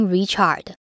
Richard，